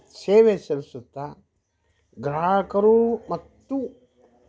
ಸೇವೆ ಸಲ್ಲಿಸುತ್ತಾ ಗ್ರಾಹಕರು ಮತ್ತು